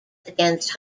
against